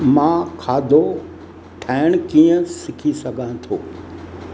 मां खाधो ठाहिणु कीअं सिखी सघां थो